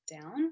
down